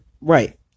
right